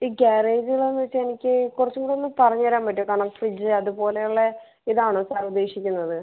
ഈ ഗ്യാരേജിലാന്ന് വെച്ചാൽ എനിക്ക് കുറച്ചുംകൂടെ ഒന്ന് പറഞ്ഞുതരാൻ പറ്റുമോ കാരണം ഫ്രിഡ്ജ് അതുപോലെ ഉള്ള ഇതാണോ സാർ ഉദ്ദേശിക്കുന്നത്